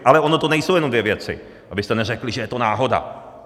Ale ony to nejsou jenom dvě věci, abyste neřekli, že je to náhoda.